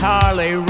Harley